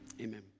Amen